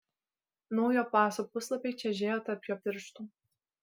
naujo paso puslapiai čežėjo tarp jo pirštų